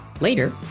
Later